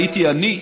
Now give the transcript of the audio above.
היה אני.